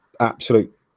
absolute